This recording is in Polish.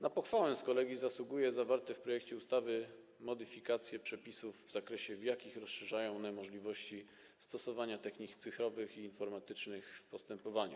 Na pochwałę z kolei zasługują zawarte w projekcie ustawy modyfikacje przepisów w zakresie, w jakim rozszerzają one możliwości stosowania technik cyfrowych i informatycznych w postępowaniu.